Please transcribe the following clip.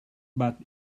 but